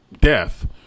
death